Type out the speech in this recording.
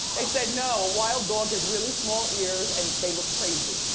they said, no, a wild dog has really small ears and they look crazy.